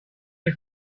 his